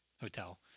hotel